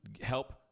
help